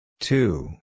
Two